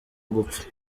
gupfa